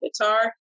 guitar